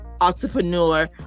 entrepreneur